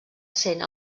cent